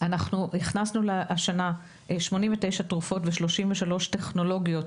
הכנסנו השנה 89 תרופות ו-33 טכנולוגיות,